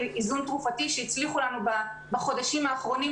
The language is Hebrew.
איזון תרופתי שהצליחו לנו בחודשים האחרונים,